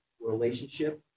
relationship